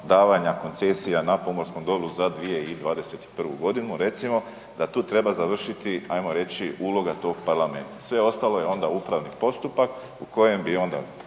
koncesija na pomorskom dobru za 2021. godinu recimo, da tu treba završiti, ajmo reći uloga tog parlamenta, sve ostalo je onda upravni postupak u kojem bi onda